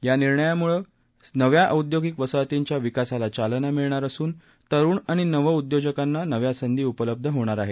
या निर्णयामुळे नव्या औद्योगिक वसाहतींच्या विकासाला चालना मिळणार असून तरुण आणि नवउद्योजकांना नव्या संधी उपलब्ध होणार आहेत